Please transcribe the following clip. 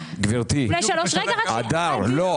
תקשיבי לי היטב, אני לא